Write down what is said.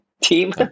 team